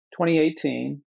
2018